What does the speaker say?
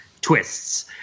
twists